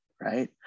Right